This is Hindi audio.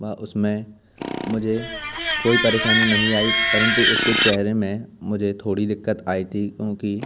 वह उसमें मुझे कोई परेशानी नहीं आई परंतु उसके चेहरे में मुझे थोड़ी दिक्कत आई थी उनकी